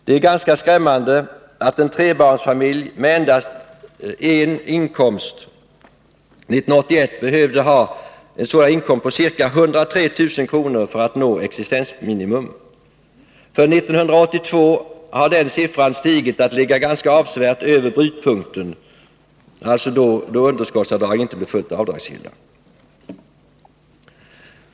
Det är ganska skrämmande att en trebarnsfamilj med endast en inkomst 1981 behövde ha en inkomst på ca 103 000 kr. för att nå existensminimum. För 1982 har den siffran stigit, så att den ligger avsevärt över brytpunkten, då underskottsavdragen inte blir fullt avdragsgilla.